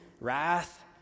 wrath